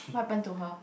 what happen to her